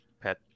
pet